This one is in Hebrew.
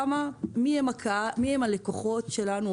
בשקפים אתם יכולים לראות מי הלקוחות שלנו,